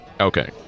Okay